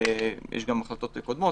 יש גם החלטות קודמות